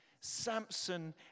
Samson